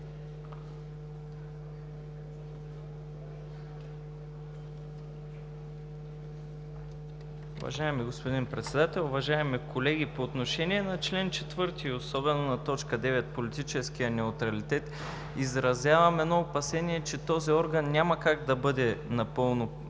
Уважаеми господин Председател, уважаеми колеги! По отношение на чл. 4, особено на т. 9 – политическият неутралитет, изразявам едно опасение, че този орган няма как да бъде напълно